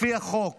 לפי החוק